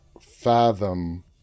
fathom